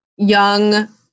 young